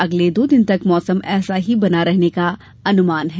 अगले दो दिन तक मौसम ऐसा ही बने रहने का अनुमान है